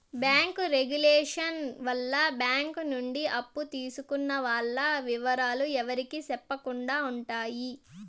bank regulation వల్ల bank నుండి అప్పు తీసుకున్న వాల్ల ఇవరాలు ఎవరికి సెప్పకుండా ఉంటాయి